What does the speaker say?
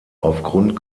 aufgrund